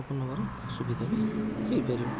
ଲୋକ ନେବାର ସୁବିଧା ବି ହୋଇପାରିବ